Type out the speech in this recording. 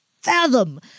fathom